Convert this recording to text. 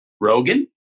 Rogan